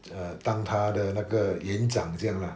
err 当他的那个延长这样 lah